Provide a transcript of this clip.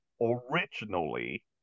originally